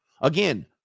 Again